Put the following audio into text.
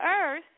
Earth